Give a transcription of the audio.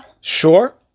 Sure